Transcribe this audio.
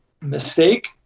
mistake